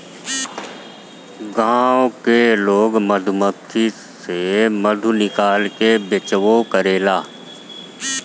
गाँव के लोग मधुमक्खी से मधु निकाल के बेचबो करेला